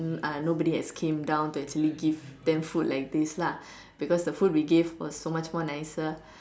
uh nobody has came down to actually give them food like this lah because the food we gave was so much more nicer